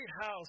house